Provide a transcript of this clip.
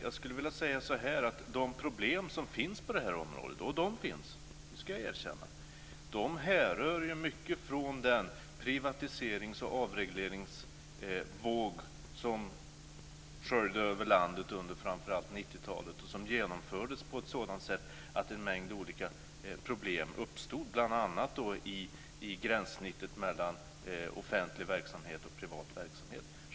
Jag skulle vilja säga så här: De problem som finns på det här området, och de finns, det ska jag erkänna, härrör mycket från den privatiserings och avregleringsvåg som sköljde över landet under framför allt 90-talet och som genomfördes på ett sådant sätt att en mängd olika problem uppstod, bl.a. i gränssnittet mellan offentlig verksamhet och privat verksamhet.